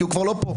כי הוא כבר לא פה,